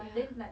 ya